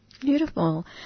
Beautiful